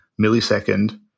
millisecond